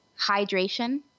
Hydration